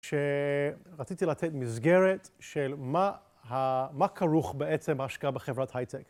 שרציתי לתת מסגרת של מה כרוך בעצם ההשקעה בחברת הייטק.